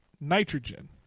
nitrogen